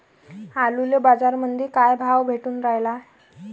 आलूले बाजारामंदी काय भाव भेटून रायला?